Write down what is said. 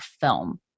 film